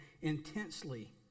intensely